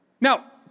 Now